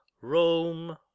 rome